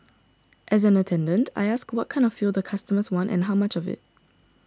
as an attendant I ask what kind of fuel the customers want and how much of it